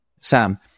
Sam